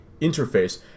interface